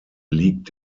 liegt